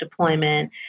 deployment